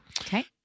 Okay